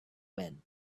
when